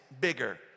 bigger